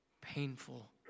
painful